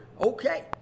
okay